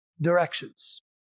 directions